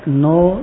no